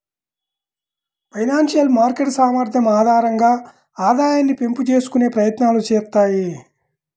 financial market సామర్థ్యం ఆధారంగా ఆదాయాన్ని పెంపు చేసుకునే ప్రయత్నాలు చేత్తాయి